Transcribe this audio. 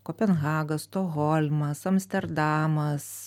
kopenhaga stokholmas amsterdamas